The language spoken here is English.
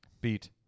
Beat